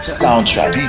soundtrack